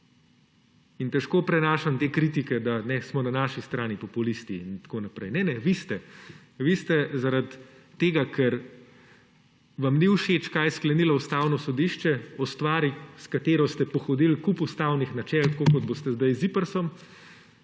težko prenašam te kritike, da smo na naši strani populisti in tako naprej. Ne ne, vi ste. Vi ste, zaradi tega ker vam ni všeč, kar je sklenilo Ustavno sodišče o stvari, s katero ste pohodili kup ustavnih načel, tako kot boste zdaj z ZIPRS,